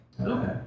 Okay